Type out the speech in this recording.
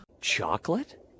Chocolate